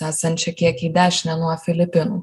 esančią kiek į dešinę nuo filipinų